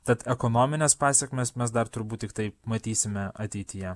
tad ekonomines pasekmes mes dar turbūt tiktai matysime ateityje